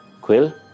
Quill